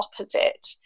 opposite